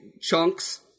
chunks